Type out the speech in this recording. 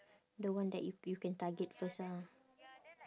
the one that you you can target first ah